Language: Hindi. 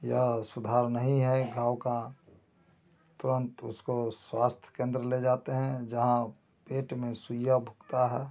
यह सुधार नहीं है गाँव का तुरन्त उसको स्वास्थ्य केन्द्र ले जाते हैं जहाँ पेट में सुइया भोंकता है